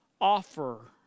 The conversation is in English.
offer